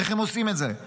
איך הם עושים את זה?